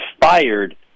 fired